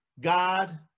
God